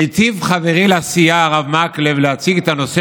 היטיב חברי לסיעה הרב מקלב להציג את הנושא